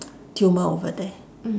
tumor over there